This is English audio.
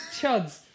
Chuds